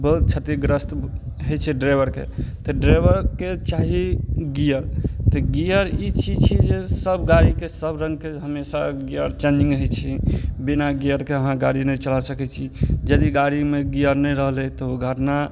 बहुत क्षतिग्रस्त होइ छै ड्राइवरके तऽ ड्राइवरके चाही गियर तऽ गियर ई चीज छै जे सब गाड़ीके सब रंगके हमेशा गियर चेंजिंग होइ छै बिना गियरके अहाँ गाड़ी नहि चला सकै छी यदि गाड़ीमे गियर नहि रहलै तऽ ओ गाड़ीमे